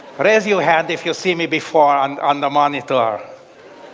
raise your hand if you've seen me before on on the monitor.